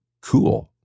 cool